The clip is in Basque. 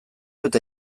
eta